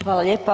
Hvala lijepa.